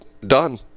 done